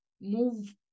move